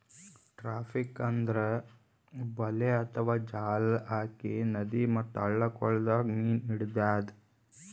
trapping ಅಂದ್ರ ಬಲೆ ಅಥವಾ ಜಾಲ್ ಹಾಕಿ ನದಿ ಮತ್ತ್ ಹಳ್ಳ ಕೊಳ್ಳದಾಗ್ ಮೀನ್ ಹಿಡ್ಯದ್